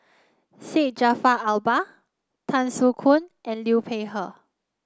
Syed Jaafar Albar Tan Soo Khoon and Liu Peihe